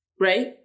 right